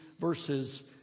verses